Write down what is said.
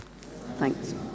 thanks